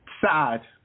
sad